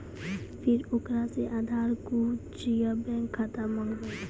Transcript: फिर ओकरा से आधार कद्दू या बैंक खाता माँगबै?